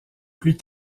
plus